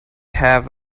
have